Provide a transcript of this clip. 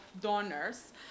donors